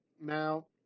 now